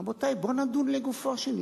רבותי, בואו נדון לגופו של עניין.